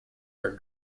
are